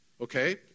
Okay